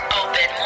open